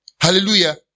Hallelujah